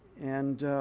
and,